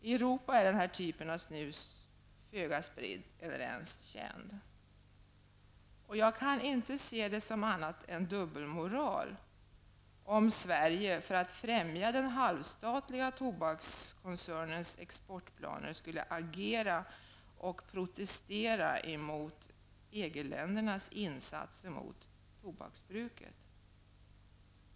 I Europa är denna typ av snus föga spridd eller ens känd. Jag kan inte se det som annat än dubbelmoral om Sverige för att främja den halvstatliga tobakskoncernens exportplaner skulle agera och protestera mot EG-ländernas insatser för att minska tobaksbruket.